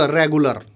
regular